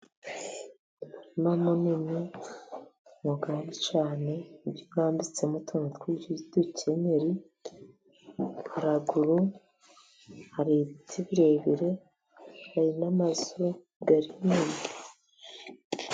Umurima munini mugari cyane ndi kubona urambitsemo utuntu twinshi tw'udukenyeri, haraguru hari ibiti birebire hari n'amazu ari hirya.